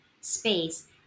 space